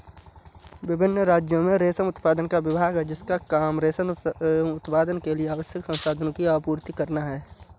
विभिन्न राज्यों में रेशम उत्पादन का विभाग है जिसका काम रेशम उत्पादन के लिए आवश्यक संसाधनों की आपूर्ति करना है